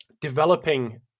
developing